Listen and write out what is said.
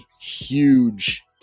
huge